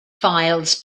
files